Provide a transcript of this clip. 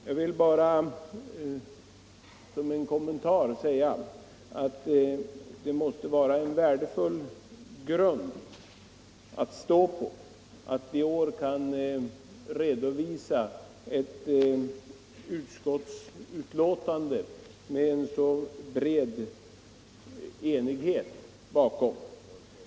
Jag vill bara göra den kommentaren att det i de kommande trafikpolitiska diskussionerna måste vara en utmärkt grund att stå på att vi i år kan redovisa ett utskottsbetänkande med en så bred enighet bakom.